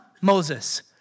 Moses